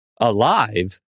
alive